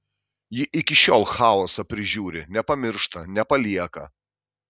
ji iki šiol chaosą prižiūri nepamiršta nepalieka